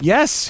Yes